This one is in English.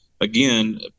again